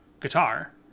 guitar